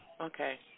Okay